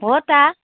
हो त